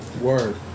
word